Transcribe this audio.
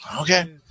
Okay